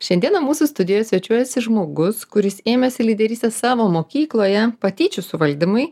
šiandieną mūsų studijoj svečiuojasi žmogus kuris ėmėsi lyderystės savo mokykloje patyčių suvaldymui